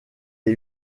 les